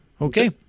Okay